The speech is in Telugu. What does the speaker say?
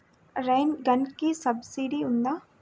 రైన్ గన్కి సబ్సిడీ ఉందా?